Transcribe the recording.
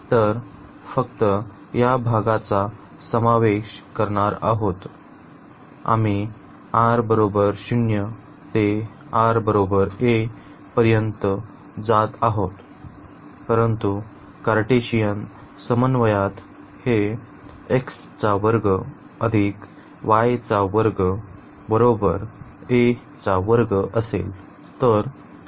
तर फक्त या भागाचा समावेश करणार आहोत आम्ही r 0 ते r a पर्यंत जात आहोत परंतु कार्टेशियन समन्वयात हे असेल